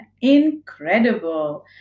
Incredible